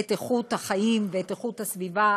את איכות החיים ואת איכות הסביבה,